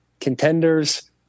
contenders